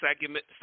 segment